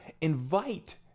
invite